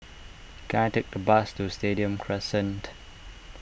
can I take a bus to Stadium Crescent